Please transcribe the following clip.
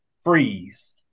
Freeze